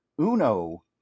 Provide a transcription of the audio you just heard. Uno